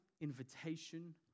invitation